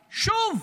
שוב,